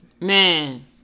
Man